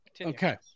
Okay